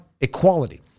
equality